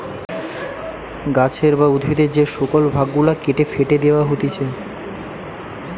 গাছের বা উদ্ভিদের যে শুকল ভাগ গুলা কেটে ফেটে দেয়া হতিছে